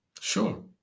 Sure